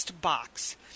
box